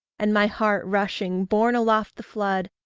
and my heart rushing, borne aloft the flood,